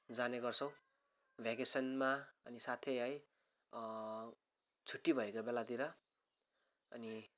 जाने गर्छौँ भेकेसनमा अनि साथै है छुट्टी भएको बेलातिर अनि